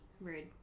rude